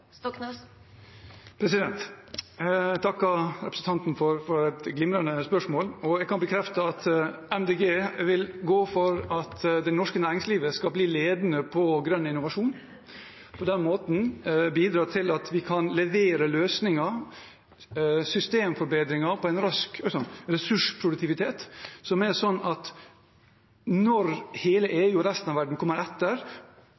Jeg takker representanten for et glimrende spørsmål. Jeg kan bekrefte at Miljøpartiet De Grønne vil gå for at det norske næringslivet skal bli ledende innen grønn innovasjon og på den måten bidra til at vi kan levere løsninger, systemforbedringer, en ressursproduktivitet som er slik at når hele